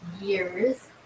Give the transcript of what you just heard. years